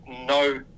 no